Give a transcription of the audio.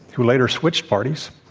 who later switched parties,